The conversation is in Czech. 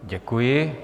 Děkuji.